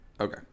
Okay